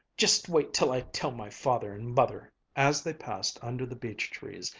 just wait till i tell my father and mother! as they passed under the beech-trees,